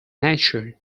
nature